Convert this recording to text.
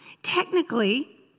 Technically